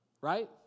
right